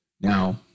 Now